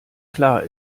klar